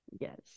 Yes